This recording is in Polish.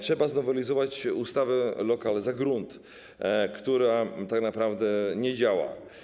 Trzeba znowelizować ustawę: lokal za grunt, która tak naprawdę nie działa.